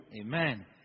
Amen